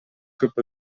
көп